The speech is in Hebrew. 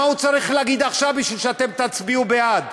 מה הוא צריך להגיד עכשיו בשביל שאתם תצביעו בעד,